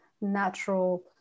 natural